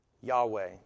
Yahweh